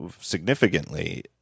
significantly